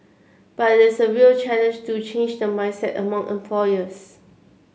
but this a real challenge to change the mindset among employers